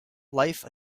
life